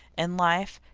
in life,